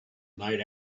night